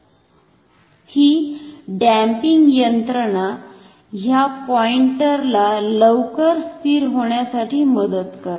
ही dumping यंत्रणा ह्या pointer ला लवकर स्थिर होण्यासाठी मदत करते